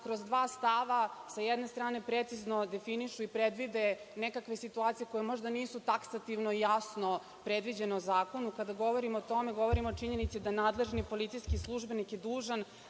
kroz dva stava, sa jedne strane, precizno definišu i predvide nekakve situacije koje možda nisu taksativno jasno predviđene u zakonu. Kada govorimo o tome, govorimo o činjenici da je nadležni policijski službenik dužan